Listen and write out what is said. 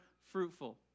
fruitful